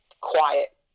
quiet